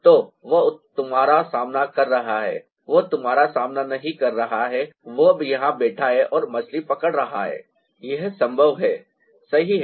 तो वह तुम्हारा सामना कर रहा है वह तुम्हारा सामना नहीं कर रहा है वह यहां बैठा है और मछली पकड़ रहा है यह संभव है सही है